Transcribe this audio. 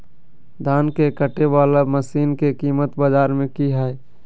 धान के कटे बाला मसीन के कीमत बाजार में की हाय?